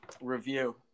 review